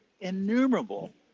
innumerable